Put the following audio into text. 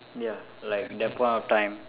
ya like that point of time